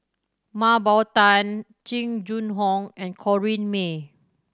Mah Bow Tan Jing Jun Hong and Corrinne May